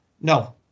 no